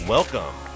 Welcome